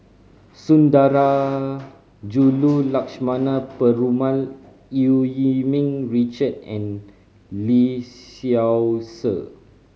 Sundarajulu Lakshmana Perumal Eu Yee Ming Richard and Lee Seow Ser